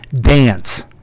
dance